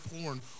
porn